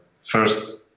first